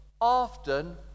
often